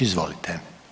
Izvolite.